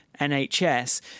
NHS